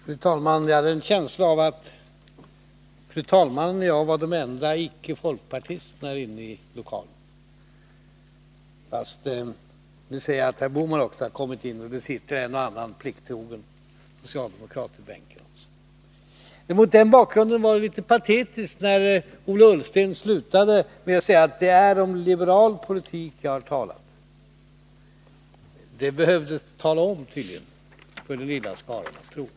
Fru talman! Jag hade nyss en känsla av att fru talmannen och jag var de enda icke folkpartisterna här inne i kammaren. Men nu ser jag att herr Bohman har kommit tillbaka, och en och annan plikttrogen socialdemokrat sitter också i sin bänk. Mot den bakgrunden var det litet patetiskt när Ola Ullsten slutade med att säga att han talat om liberal politik. Det var tydligen nödvändigt att tala om det för den lilla skaran av trogna.